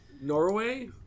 norway